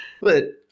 But-